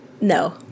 No